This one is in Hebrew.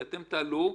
כי אתם תעלו,